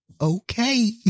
okay